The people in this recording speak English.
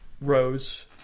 rows